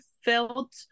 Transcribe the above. felt